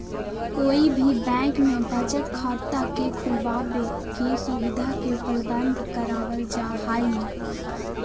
कोई भी बैंक में बचत खाता के खुलबाबे के सुविधा के उपलब्ध करावल जा हई